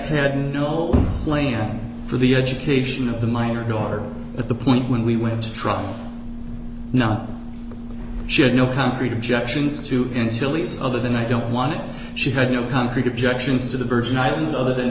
had no plan for the education of the minor daughter at the point when we went to trial not shed no concrete objections to instil these other than i don't want it she had no concrete objections to the virgin islands other than